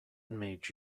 made